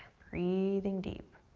breathing deep.